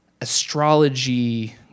astrology